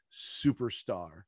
superstar